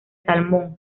salmón